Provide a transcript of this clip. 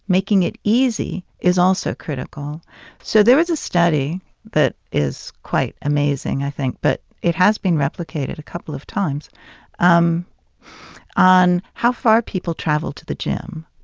making it easy is also critical so there was a study that is quite amazing, i think but it has been replicated a couple of times um on how far people travel to the gym.